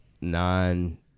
nine